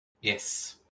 Yes